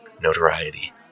notoriety